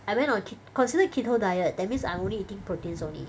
I went on ke~ considered keto diet that means I only eating proteins only